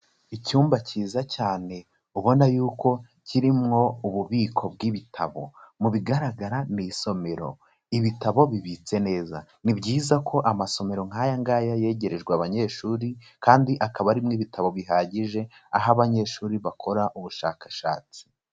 Icyumba cyiza cyane ubona yuko kirimo ububiko bw'ibitabo, mu bigaragara ni isomero, ibitabo bibitse neza. Ni byiza ko amasomero nk'aya ngaya yegerejwe abanyeshuri kandi akaba arimo ibitabo bihagije, aho abanyeshuri bakora ubushakashatsi.